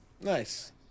Nice